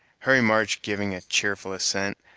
harry march giving a cheerful assent,